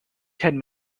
ten